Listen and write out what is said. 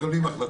שמקבלים החלטות.